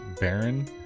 Baron